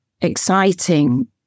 exciting